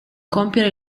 compiere